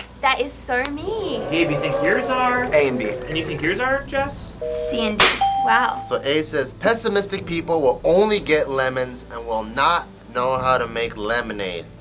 that is so me. gabe, you think yours are. a and b. and you think yours are, jess? c and d. wow. so, a says pessimistic people will only get lemons and will not know how to make lemonade.